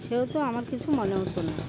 সেহেতু আমার কিছু মনে হতো না